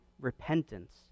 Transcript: repentance